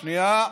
שנייה,